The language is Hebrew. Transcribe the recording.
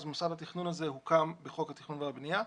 מוסד התכנון הזה הוקם בחוק התכנון והבנייה,